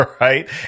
right